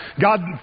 God